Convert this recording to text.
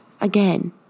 Again